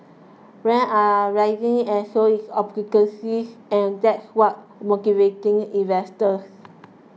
rents are rising and so is occupancies and that's what's motivating investors